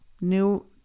New